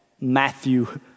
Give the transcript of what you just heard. Matthew